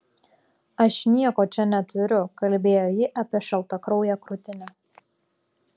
aš nieko čia neturiu kalbėjo ji apie šaltakrauję krūtinę